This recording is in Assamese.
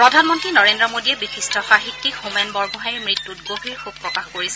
প্ৰধানমন্ত্ৰী নৰেন্দ্ৰ মোদীয়ে বিশিষ্ট সাহিত্যিক হোমেন বৰগোহাঞিৰ মৃত্যত গভীৰ শোক প্ৰকাশ কৰিছে